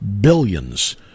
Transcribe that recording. billions